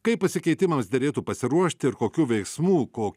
kaip pasikeitimams derėtų pasiruošt ir kokių veiksmų ko